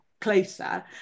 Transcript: closer